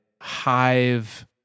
hive